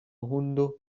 hundo